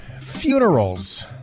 funerals